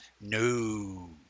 No